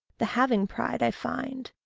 the having-pride, i find.